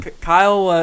Kyle